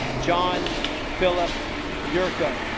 john philip yurka